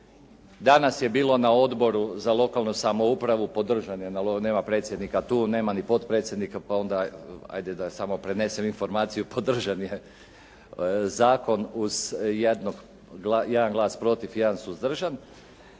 Danas je bilo na Odboru za lokalnu samoupravu, podržan je, nema predsjednika tu, nema ni potpredsjednika pa onda ajde da samo prenesem informaciju podržan je zakon uz jednog, jedan glas protiv, jedan suzdržan